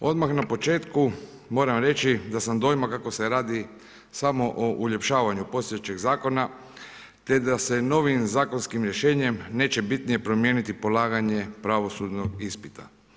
Odmah na početku moramo reći da sam dojma kako se radi samo o uljepšavanju postojećeg zakona te da se novim zakonskim rješenjem neće bitnije promijeniti polaganje pravosudnog ispita.